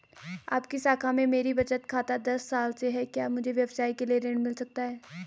आपकी शाखा में मेरा बचत खाता दस साल से है क्या मुझे व्यवसाय के लिए ऋण मिल सकता है?